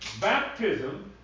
baptism